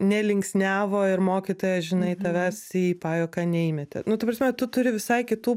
nelinksniavo ir mokytoja žinai tavęs į pajuoką neįmetė nu ta prasme tu turi visai kitų